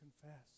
confess